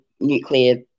nuclear